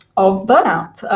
of burnout,